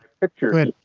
picture